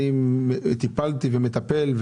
אני טיפלתי ומטפל.